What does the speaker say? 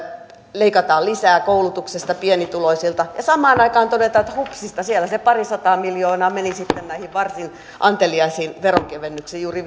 leikataan lisää koulutuksesta pienituloisilta ja samaan aikaan todetaan että hupsista siellä se parisataa miljoonaa meni sitten näihin varsin anteliaisiin veronkevennyksiin juuri